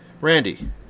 Randy